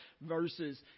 verses